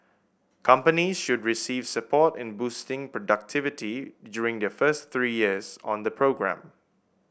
companies should receive support in boosting productivity during their first three years on the programme